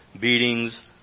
beatings